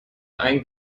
ein